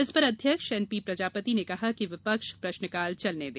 इस पर अध्यक्ष एन पी प्रजापति ने कहा कि विपक्ष प्रश्नकाल चलने दे